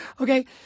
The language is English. Okay